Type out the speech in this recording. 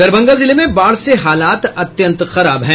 दरभंगा जिले में बाढ़ से हालात अत्यंत खराब है